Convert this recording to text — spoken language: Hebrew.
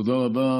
תודה רבה.